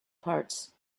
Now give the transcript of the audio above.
parts